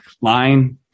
line